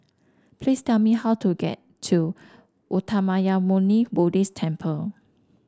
please tell me how to get to Uttamayanmuni Buddhist Temple